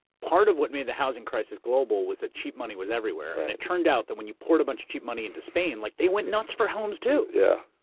part of what made the housing crisis global was that cheap money was everywhere. and it turned out that when you poured a bunch of cheap money into spain, like they went nuts for homes too. yeah.